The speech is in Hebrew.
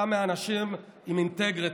אתה מהאנשים עם אינטגריטי.